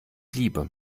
liebe